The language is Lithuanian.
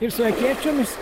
ir su akėčiomis